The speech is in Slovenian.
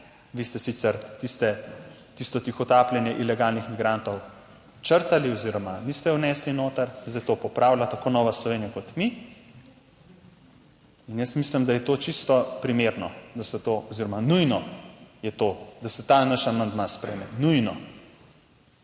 tiste, tisto tihotapljenje ilegalnih migrantov črtali oziroma niste odnesli noter, zdaj to popravlja tako Nova Slovenija kot mi, in jaz mislim, da je to čisto primerno, da se to oziroma nujno je to, da se ta naš amandma sprejme, nujno.